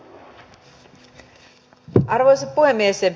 arvoisa puhemies